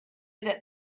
that